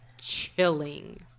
chilling